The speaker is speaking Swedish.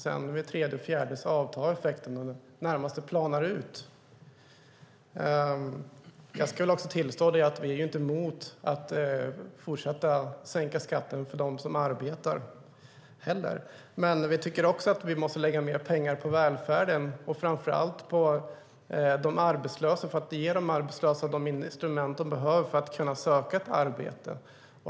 Med det tredje och fjärde avtar effekten och planar i det närmaste ut. Jag tillstår att vi inte är emot att fortsätta att sänka skatten för dem som arbetar heller. Men vi tycker också att vi måste lägga mer pengar på välfärden, framför allt på de arbetslösa, för att ge dem de instrument de behöver för att kunna söka arbete.